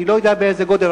אני לא יודע באיזה גודל,